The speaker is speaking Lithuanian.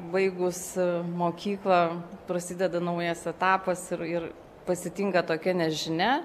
baigus mokyklą prasideda naujas etapas ir ir pasitinka tokia nežinia